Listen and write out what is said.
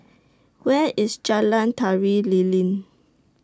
Where IS Jalan Tari Lilin